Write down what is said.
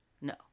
No